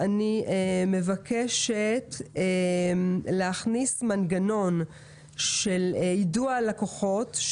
אני מבקשת להכניס מנגנון של יידוע לקוחות.